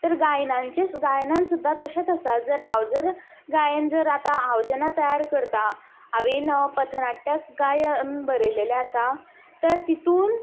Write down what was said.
तर गायनांचें गायनान सुद्दां तशेंच आसा जर हांव जर गायन जर आतां हांव जेन्ना तयार करता हांवेंन पथनाट्याक गायन बरयलेलें आसता तर तितून